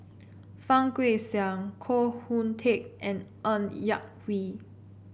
Fang Guixiang Koh Hoon Teck and Ng Yak Whee